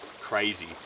crazy